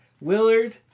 Willard